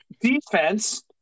defense